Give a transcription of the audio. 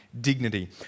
dignity